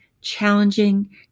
challenging